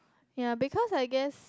yea because I guess